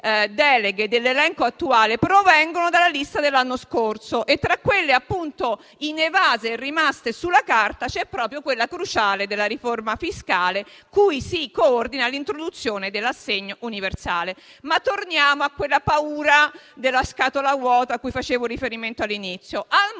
deleghe dell'elenco attuale provengono dalla lista dell'anno scorso e tra quelle inevase e rimaste sulla carta c'è proprio quella cruciale della riforma fiscale, cui si coordina l'introduzione dell'assegno universale. Torniamo a quella paura della scatola vuota a cui facevo riferimento all'inizio. Al momento,